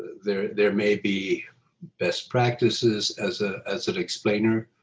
there there may be best practices as ah as an explainer.